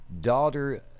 daughter